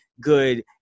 good